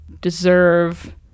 deserve